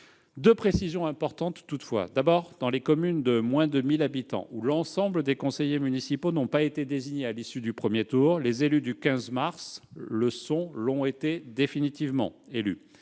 Deux précisions me semblent importantes, toutefois. Premièrement, dans les communes de moins de 1 000 habitants où l'ensemble des conseillers municipaux n'ont pas été désignés à l'issue du premier tour, les élus du 15 mars ont été élus définitivement.